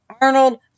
Arnold